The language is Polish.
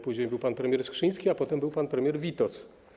Później był pan premier Skrzyński, a potem był pan premier Witos.